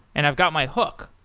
and i've got my hook.